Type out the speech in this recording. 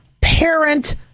parent